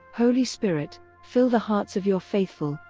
holy spirit, fill the hearts of your faithful,